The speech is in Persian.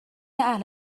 اهل